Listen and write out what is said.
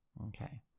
Okay